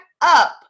up